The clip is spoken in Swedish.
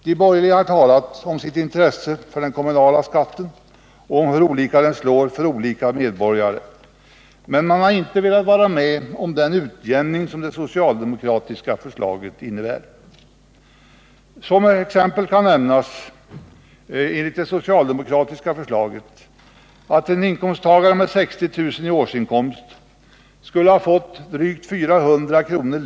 De borgerliga har talat om sitt intresse för den kommunala skatten och om hur olika den slår för olika medborgare, men de har inte velat vara med om den utjämning som det socialdemokratiska förslaget innebär. Som exempel kan nämnas att en person med 60 000 kr. i årsinkomst enligt det socialdemokratiska förslaget skulle ha fått drygt 400 kr.